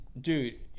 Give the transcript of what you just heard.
dude